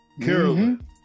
Carolyn